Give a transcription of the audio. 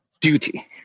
duty